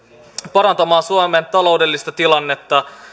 parantamaan suomen taloudellista tilannetta